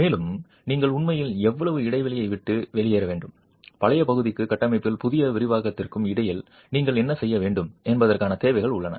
மேலும் நீங்கள் உண்மையில் எவ்வளவு இடைவெளியை விட்டு வெளியேற வேண்டும் பழைய பகுதிக்கும் கட்டமைப்பில் புதிய விரிவாக்கத்திற்கும் இடையில் நீங்கள் என்ன செய்ய வேண்டும் என்பதற்கான தேவைகள் உள்ளன